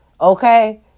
okay